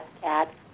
cat